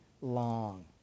long